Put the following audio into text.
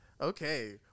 Okay